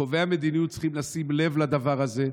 קובעי המדיניות צריכים לשים לב לדבר הזה.